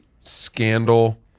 scandal